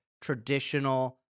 traditional